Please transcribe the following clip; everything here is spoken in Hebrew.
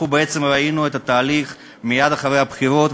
אנחנו בעצם ראינו את התהליך מייד אחרי הבחירות,